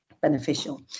beneficial